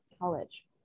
college